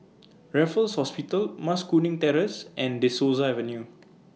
Raffles Hospital Mas Kuning Terrace and De Souza Avenue